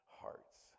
hearts